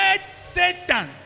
Satan